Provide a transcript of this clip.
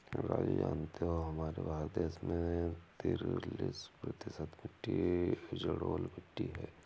राजू जानते हो हमारे भारत देश में तिरालिस प्रतिशत मिट्टी जलोढ़ मिट्टी हैं